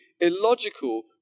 illogical